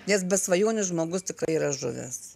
nes be svajonės žmogus tikrai yra žuvęs